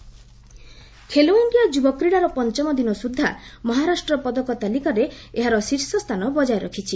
Khelo India Khelo India ଯୁବ କ୍ରୀଡ଼ାର ପଞ୍ଚମ ଦିନ ସୁଦ୍ଧା ମହାରାଷ୍ଟ୍ର ପଦକ ତାଲିକାରେ ଏହାର ଶୀର୍ଷସ୍ଥାନ ବଜାୟ ରଖିଛି